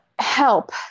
help